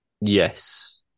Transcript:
Yes